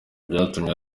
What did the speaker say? byatumye